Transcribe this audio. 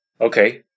okay